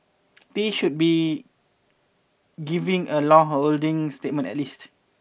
they should be given a long holding statement at least